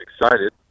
excited